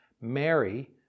Mary